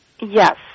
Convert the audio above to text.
Yes